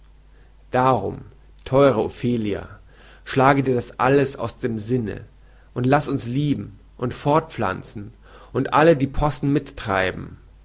darum theure ophelia schlag dir das alles aus dem sinne und laß uns lieben und fortpflanzen und alle die possen mittreiben